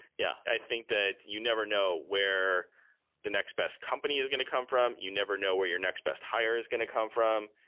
yeah, i think that you never know where the next best company is going to come from. you never know where your next best hire is going to come from.